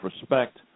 respect